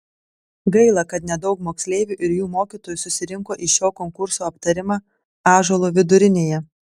gaila kad nedaug moksleivių ir jų mokytojų susirinko į šio konkurso aptarimą ąžuolo vidurinėje